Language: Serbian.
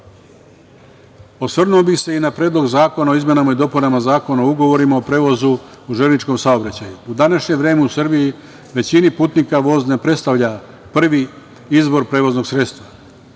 regione. Osvrnuo bih se i na Predlog zakona o izmenama i dopunama Zakona o ugovorima o prevozu u železničkom saobraćaju.U današnje vreme u Srbiji većini putnika voz ne predstavlja prvi izvor prevoznog sredstva,